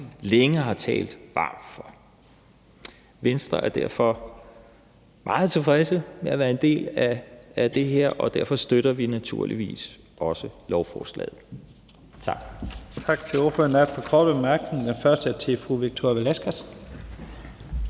længe har talt varmt for. Venstre er derfor meget tilfredse med at være en del af det her, og derfor støtter vi naturligvis også lovforslaget. Tak.